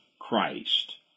Christ